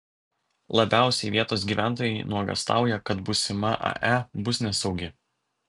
labiausiai vietos gyventojai nuogąstauja kad būsima ae bus nesaugi